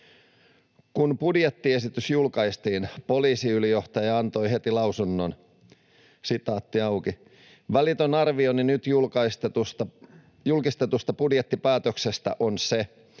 Kun budjettiesitys julkaistiin, poliisiylijohtaja antoi heti lausunnon: ”Välitön arvioni nyt julkistetusta budjettipäätöksestä on se,